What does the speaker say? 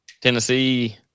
Tennessee